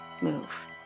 move